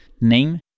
name